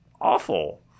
awful